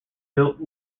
built